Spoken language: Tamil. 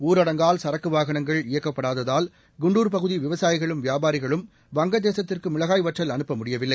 ஊரடங்கால் சரக்கு வாகனங்கள் இயக்கப்படாததால் குண்டூர் பகுதி விவசாயிகளும் வியாபாரிகளும் வங்கதேசத்திற்கு முடியவில்லை